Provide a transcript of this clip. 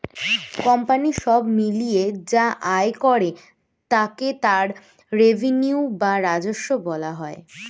company সব মিলিয়ে যা আয় করে তাকে তার রেভিনিউ বা রাজস্ব বলা হয়